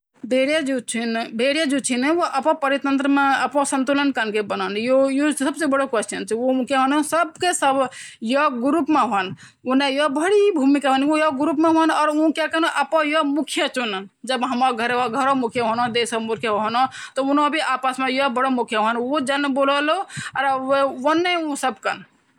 आहार मा चीनी घटाण का कुछ असरदार तरीका छन: प्राकृतिक मिठास का इस्तेमाल करण: अदरक, शहद, खजूर अर फल जैसे प्राकृतिक चीज का मिठास का जगह इस्तेमाल करण। पेय पदार्थ में चीनी कम करण: चाय, कॉफी अर जूस मा चीनी कम या ना मिलाण । चाय मा शुगर-फ्री मसाला या नीबू अर्क मिलाणु बधिया विकल्प छ।